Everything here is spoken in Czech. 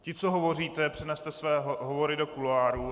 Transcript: Ti, co hovoříte, přeneste své hovory do kuloárů.